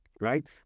right